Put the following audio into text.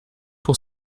pour